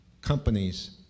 companies